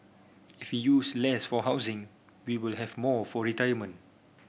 if use less for housing we will have more for retirement